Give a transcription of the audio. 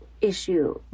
issue